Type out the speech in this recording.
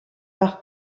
par